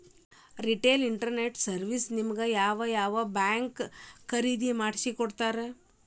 Retail investors ನಮಗ್ ಯಾವ್ ಯಾವಬಾಂಡ್ ಖರೇದಿ ಮಾಡ್ಸಿಕೊಡ್ತಾರ?